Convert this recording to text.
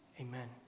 amen